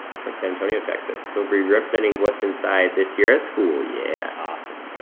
from san antonio, texas. he'll be representing what's inside this year at school. yeah, awesome,